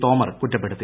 തോമർ കുറ്റപ്പെടുത്തി